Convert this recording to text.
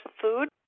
food